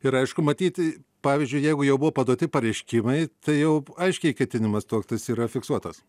ir aišku matyt pavyzdžiui jeigu jau buvo paduoti pareiškimai tai jau aiškiai ketinimas tuoktis yra fiksuotas